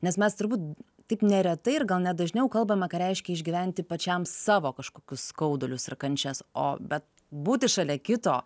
nes mes turbūt taip neretai ir gal ne dažniau kalbama ką reiškia išgyventi pačiam savo kažkokius skaudulius ir kančias o bet būti šalia kito